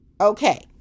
okay